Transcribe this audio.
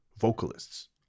vocalists